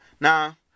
now